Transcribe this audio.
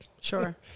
Sure